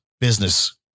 business